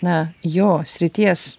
na jo srities